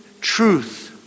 truth